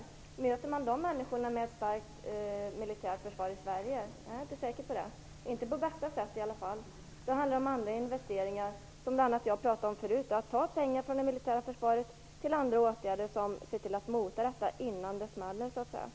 Jag är inte så säker på att det bästa sättet att möta dessa människor är att ha ett starkt militärt försvar i Sverige. Här handlar det om andra investeringar, som jag talade om förut, att ta pengar från det militära försvaret till andra åtgärder som bidrar till att möta detta innan det så att säga smäller.